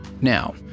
Now